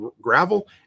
gravel